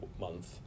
month